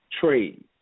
trade